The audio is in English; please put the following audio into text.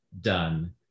done